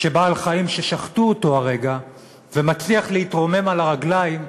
שבעל-חיים ששחטו אותו הרגע ומצליח להתרומם על הרגליים,